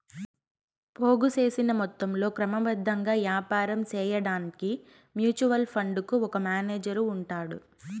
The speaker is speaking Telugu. పోగు సేసిన మొత్తంలో క్రమబద్ధంగా యాపారం సేయడాన్కి మ్యూచువల్ ఫండుకు ఒక మేనేజరు ఉంటాడు